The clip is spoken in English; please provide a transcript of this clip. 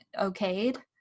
okayed